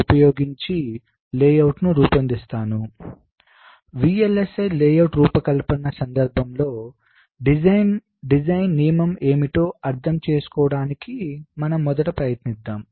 ఉపయోగించి లేఅవుట్ను రూపొందిస్తాను VLSI లేఅవుట్ రూపకల్పన సందర్భంలో డిజైన్ నియమం ఏమిటో అర్థం చేసుకోవడానికి మొదట ప్రయత్నిద్దాం